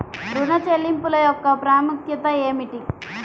ఋణ చెల్లింపుల యొక్క ప్రాముఖ్యత ఏమిటీ?